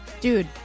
dude